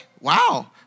Wow